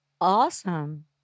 Awesome